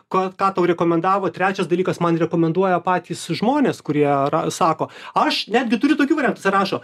ką ką tau rekomendavo trečias dalykas man rekomenduoja patys žmonės kurie sako aš netgi turiu tokių variantų jisai rašo